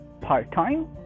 part-time